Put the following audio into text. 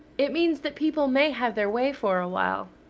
it means that people may have their way for a while,